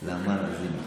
נעמה לזימי.